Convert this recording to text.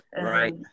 Right